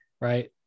right